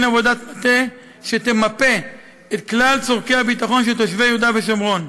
עבודת מטה שתמפה את כלל צורכי הביטחון של תושבי יהודה ושומרון.